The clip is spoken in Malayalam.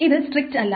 ഇത് സ്ട്രിക്റ്റല്ല